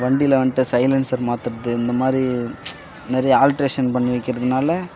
வண்டியில் வந்துட்டு சைலன்ஸர் மாத்துறது இந்த மாதிரி நிறைய ஆல்ட்ரேஷன் பண்ணி வைக்கிறதுனால